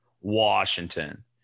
Washington